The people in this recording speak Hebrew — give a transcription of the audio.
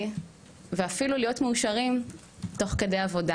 ואפילו להיות מאושרים תוך כדי עבודה.